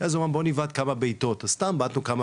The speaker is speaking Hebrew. כי אז הוא אמר בוא נבעט כמה בעיטות ובעטתי כמה